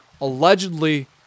Allegedly